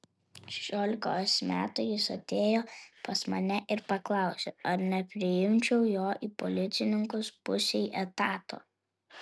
šešiolikos metų jis atėjo pas mane ir paklausė ar nepriimčiau jo į policininkus pusei etato